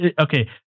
okay